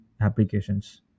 applications